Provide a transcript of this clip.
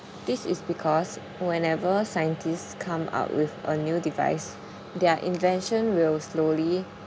this is because whenever scientists come up with a new device their invention will slowly